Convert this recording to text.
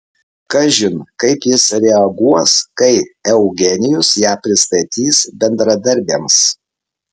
kažin kaip jis reaguos kai eugenijus ją pristatys bendradarbiams